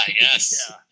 yes